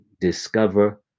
discover